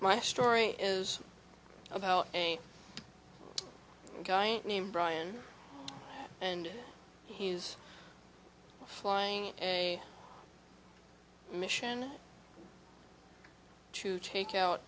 my story is about a guy and named brian and his flying a mission to take out